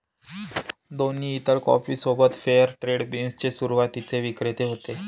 दोन्ही इतर कॉफी सोबत फेअर ट्रेड बीन्स चे सुरुवातीचे विक्रेते होते